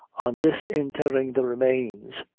on disinterring the remains,